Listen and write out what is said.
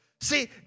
See